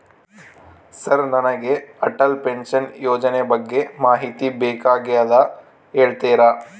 Sir ನನಗೆ Atal pension ಯೋಜನೆ ಬಗ್ಗೆ ಮಾಹಿತಿ ಬೇಕಾಗ್ಯದ ಹೇಳ್ತೇರಾ?